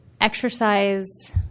exercise